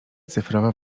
cyfrowa